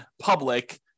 public